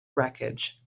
wreckage